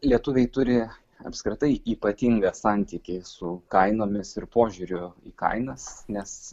lietuviai turi apskritai ypatingą santykį su kainomis ir požiūrio į kainas nes